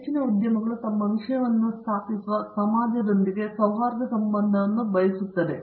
ಹೆಚ್ಚಿನ ಉದ್ಯಮಗಳು ತಮ್ಮ ವಿಷಯವನ್ನು ಸ್ಥಾಪಿಸುವ ಸಮಾಜದೊಂದಿಗೆ ಸೌಹಾರ್ದ ಸಂಬಂಧವನ್ನು ಬಯಸುತ್ತವೆ